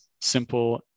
simple